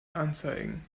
anzeigen